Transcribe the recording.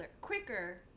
quicker